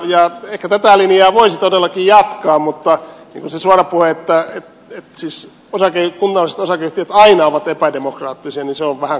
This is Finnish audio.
ehkä tätä linjaa voisi todellakin jatkaa mutta se suora puhe että kunnalliset osakeyhtiöt aina ovat epädemokraattisia on vähän kohtuutonta